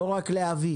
לא רק להביא